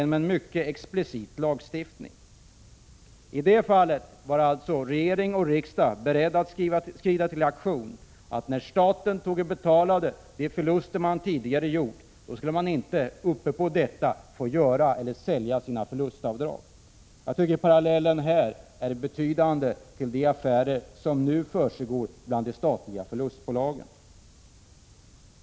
I det fallet var alltså regering och riksdag beredda att skrida till aktion. När staten betalade de förluster Kockums tidigare hade gjort skulle inte företaget ovanpå detta få göra sina förlustavdrag eller sälja dem. Jag tycker att parallellen är påtaglig till de affärer som nu försiggår bland de statliga förlustbolagen.